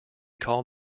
called